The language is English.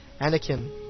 Anakin